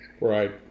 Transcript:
Right